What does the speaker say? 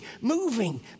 moving